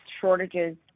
shortages